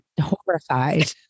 horrified